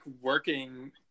working